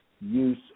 use